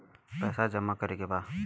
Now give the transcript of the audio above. पैसा जमा करे के बा?